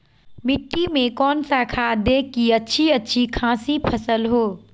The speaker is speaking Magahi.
मिट्टी में कौन सा खाद दे की अच्छी अच्छी खासी फसल हो?